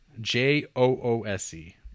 J-O-O-S-E